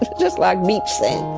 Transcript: like just like beach sand.